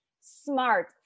Smart